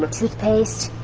but toothpaste.